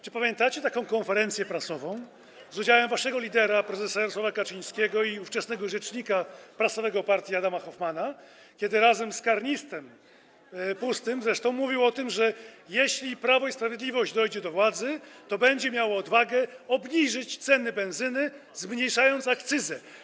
Czy pamiętacie taką konferencję prasową z udziałem waszego lidera, prezesa Jarosława Kaczyńskiego i ówczesnego rzecznika prasowego partii Adama Hofmana, kiedy razem z kanistrem, zresztą pustym, mówił o tym, że jeśli Prawo i Sprawiedliwość dojdzie do władzy, to będzie miało odwagę obniżyć ceny benzyny, zmniejszając akcyzę?